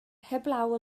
heblaw